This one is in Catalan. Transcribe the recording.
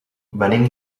venim